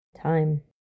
Time